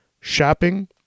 Shopping